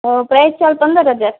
price charge પંદર હજાર